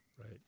Right